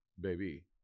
Baby